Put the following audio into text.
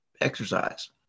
exercise